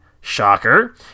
shocker